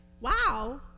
Wow